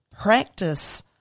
practice